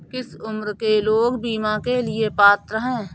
किस उम्र के लोग बीमा के लिए पात्र हैं?